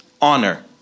honor